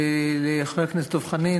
חבר הכנסת דב חנין,